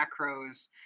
macros